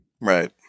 right